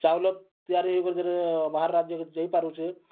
ଚାଉଲ ତିଆରି ହେଇକରି ସେଥିରେ ବାହାର୍ ରାଜ୍ୟକେ ଯାଇପାରୁଛେ